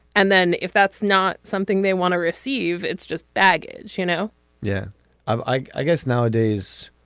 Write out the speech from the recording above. and then if that's not something they want to receive it's just baggage you know yeah um i i guess nowadays